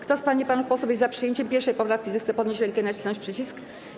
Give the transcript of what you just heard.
Kto z pań i panów posłów jest za przyjęciem 1. poprawki, zechce podnieść rękę i nacisnąć przycisk.